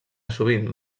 sovint